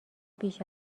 بیش